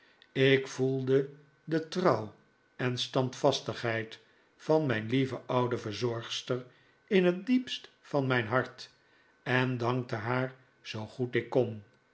ik voelde de trouw en standvastigheid van mijn lieve oude verzorgster in het diepst van mijn hart en dankte haar zoo goed ik kon